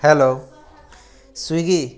hello Swiggy